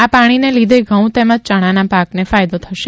આ પાણી ને લીધે ઘઉં તેમજ ચણાના પાકને ફાયદો થશે